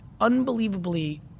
unbelievably